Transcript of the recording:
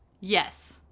Yes